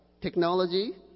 technology